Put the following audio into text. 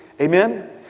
amen